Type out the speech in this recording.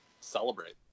celebrate